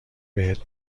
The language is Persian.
بهت